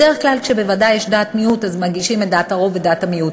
בדרך כלל כשבוועדה יש דעת מיעוט אז מגישים את דעת הרוב ודעת המיעוט.